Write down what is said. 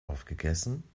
aufgegessen